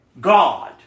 God